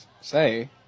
say